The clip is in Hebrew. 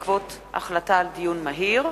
הצעת חברי הכנסת אילן גילאון,